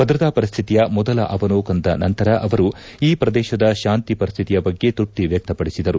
ಭದ್ರತಾ ಪರಿಸ್ಡಿತಿಯ ಮೊದಲ ಅವಲೋಕನದ ನಂತರ ಅವರು ಈ ಪ್ರದೇಶದ ಶಾಂತಿ ಪರಿಸ್ಥಿತಿಯ ಬಗ್ಗೆ ತೃಪ್ತಿ ವ್ಯಕ್ತಪಡಿಸಿದರು